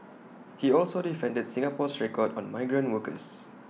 he also defended Singapore's record on migrant workers